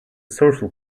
social